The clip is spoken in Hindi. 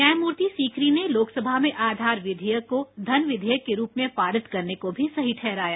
न्यायमूर्ति सीकरी ने लोकसभा में आधार विधेयक को धन विधेयक के रूप में पारित करने को भी सही ठहराया